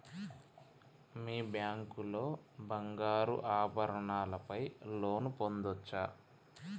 మీ bank లో బంగారు ఆభరణాల పై లోన్ పొందచ్చా?